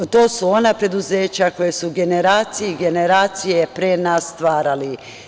To su ona preduzeća koje su generacije i generacije pre nas stvarale.